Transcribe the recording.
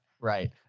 right